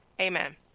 Amen